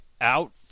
out